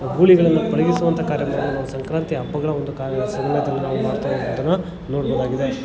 ಗೂಳಿಗಳನ್ನು ಪಳಗಿಸುವಂಥ ಕಾರ್ಯಗಳನ್ನು ನಾವು ಸಂಕ್ರಾಂತಿ ಹಬ್ಬಗಳ ಒಂದು ಕಾರ್ಯ ಅದನ್ನು ನೋಡ್ಬೋದಾಗಿದೆ